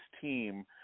team